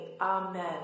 Amen